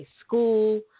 school